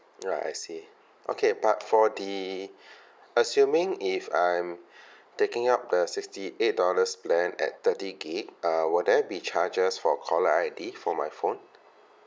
ah I see okay but for the assuming if I'm taking up the sixty eight dollars plan at thirty gig uh will there be charges for caller I_D for my phone